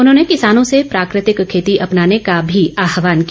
उन्होंने किसानों से प्राकृतिक खेती अपनाने का भी आहवान किया